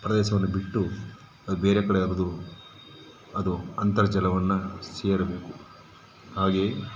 ಪ್ರದೇಶವನ್ನು ಬಿಟ್ಟು ಅದು ಬೇರೆ ಕಡೆ ಹರ್ದು ಅದು ಅಂತರ್ಜಲವನ್ನು ಸೇರಬೇಕು ಹಾಗೆಯೇ